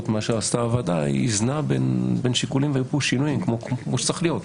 הוועדה איזנה בין שיקולים כמו שצריך להיות.